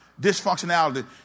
dysfunctionality